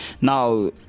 Now